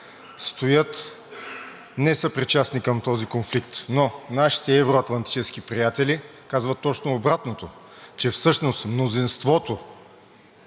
стоят несъпричастни към този конфликт, но нашите евро-атлантически приятели казват точно обратното, че всъщност мнозинството